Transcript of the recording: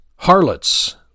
Harlots